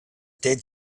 dead